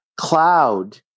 cloud